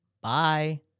Bye